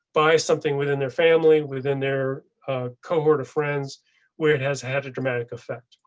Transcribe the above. by something within their family within their cohort of friends where it has had a dramatic effect.